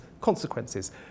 consequences